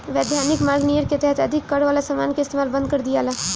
वैधानिक मार्ग नियर के तहत अधिक कर वाला समान के इस्तमाल बंद कर दियाला